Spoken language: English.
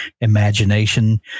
imagination